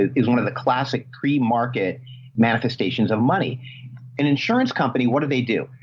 is one of the classic pre-market manifestations of money and insurance company. what do they do?